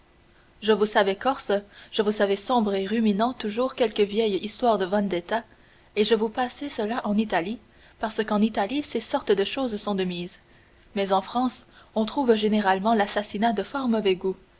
je vous savais corse je vous savais sombre et ruminant toujours quelque vieille histoire de vendetta et je vous passais cela en italie parce qu'en italie ces sortes de choses sont de mise mais en france on trouve généralement l'assassinat de fort mauvais goût